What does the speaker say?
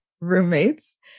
roommates